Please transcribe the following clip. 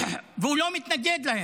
והוא לא מתנגד להם.